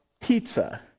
pizza